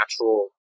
natural